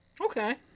Okay